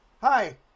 Hi